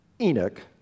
Enoch